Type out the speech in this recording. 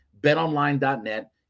betonline.net